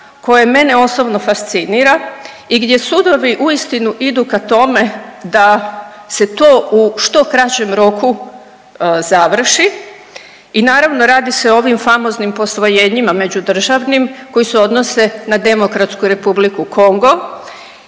koje mene osobno fascinira i gdje sudovi uistinu idu ka tome da se to u što kraćem roku završi. I naravno radi se o ovim famoznim posvojenjima među državnim koji se odnose na demokratsku Republiku Kongo,